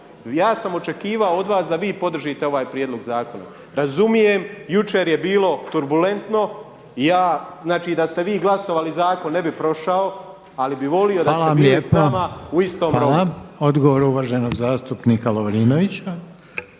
Ja sam očekivao od vas da vi podržite ovaj prijedlog zakona. Razumijem jučer je bilo turbulentno. I ja, znači da ste vi glasovali zakon ne bi prošao, ali bih volio … …/Upadica Reiner: Hvala vam lijepa./… … da ste bili sa nama